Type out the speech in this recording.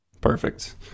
perfect